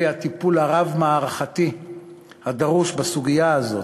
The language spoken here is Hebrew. הטיפול הרב-מערכתי הדרוש בסוגיה הזאת.